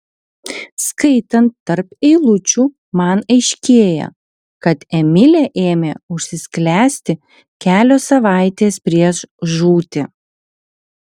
skaitant tarp eilučių man aiškėja kad emilė ėmė užsisklęsti kelios savaitės prieš žūtį